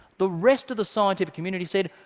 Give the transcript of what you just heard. the rest of the scientific community said,